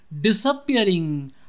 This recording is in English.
disappearing